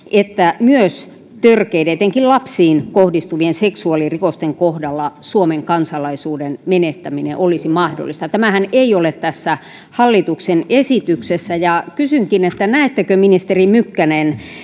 että myös törkeiden etenkin lapsiin kohdistuvien seksuaalirikosten kohdalla suomen kansalaisuuden menettäminen olisi mahdollista tämähän ei ole tässä hallituksen esityksessä ja kysynkin näettekö ministeri mykkänen